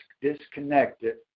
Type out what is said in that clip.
disconnected